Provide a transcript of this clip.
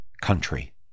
country